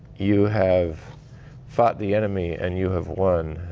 you have fought the enemy and you have won.